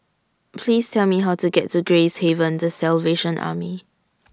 Please Tell Me How to get to Gracehaven The Salvation Army